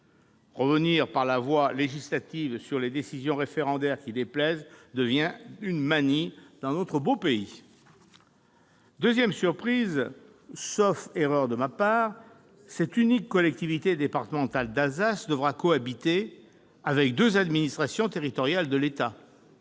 Revenir par la voie législative sur les décisions référendaires qui déplaisent devient une manie dans notre beau pays ! Deuxième surprise : sauf erreur de ma part, cette unique collectivité départementale d'Alsace devra cohabiter avec deux administrations territoriales de l'État.